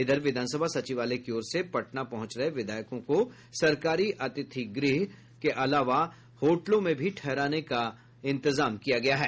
इधर विधानसभा सचिवालय की ओर से पटना पहुंच रहे विधायकों को सरकारी अतिथि गृह के अलावा होटलों में भी ठहराने का इंतजाम किया गया है